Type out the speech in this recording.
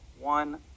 one